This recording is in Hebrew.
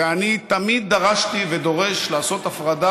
ואני תמיד דרשתי ודורש לעשות הפרדה